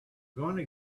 gonna